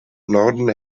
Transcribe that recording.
norden